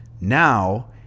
Now